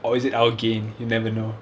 or is it our gain you never know